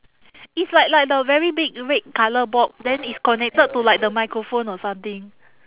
it's like like the very big red colour box then it's connected to like the microphone or something